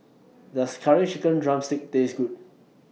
Does Curry Chicken Drumstick Taste Good